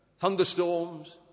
thunderstorms